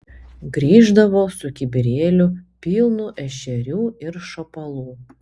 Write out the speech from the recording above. grįždavo su kibirėliu pilnu ešerių ir šapalų